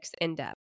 in-depth